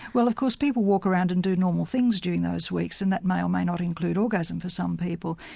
well of course people walk around and do normal things during those weeks and that may or may not include orgasm for some people.